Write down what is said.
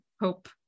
Hope